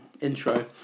intro